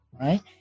right